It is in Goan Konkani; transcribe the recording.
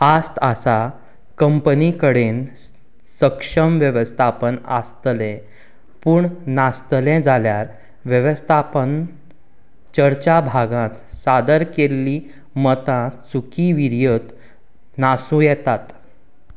आस्त आसा कंपनी कडेन स् सक्षम वेवस्तापन आसतलें पूण नासतलें जाल्यार वेवस्तापन चर्चा भागात सादर केल्लीं मतां चुकी विरयत नासूं येतात